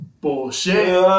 bullshit